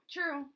True